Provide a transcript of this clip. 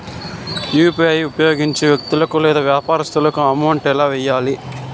UPI ఉపయోగించి వ్యక్తులకు లేదా వ్యాపారస్తులకు అమౌంట్ ఎలా వెయ్యాలి